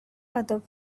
other